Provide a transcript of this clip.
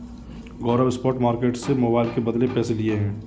गौरव spot market से mobile के बदले पैसे लिए हैं